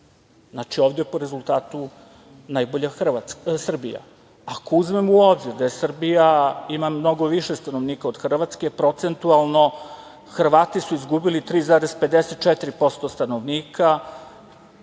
Znači, ovde po rezultatu je najbolja Srbija. Ako uzmemo u obzir da Srbija ima mnogo više stanovnika od Hrvatske, procentualno, Hrvati su izgubili 3,54% stanovnika,